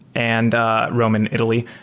and ah rome in italy.